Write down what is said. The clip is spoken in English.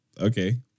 okay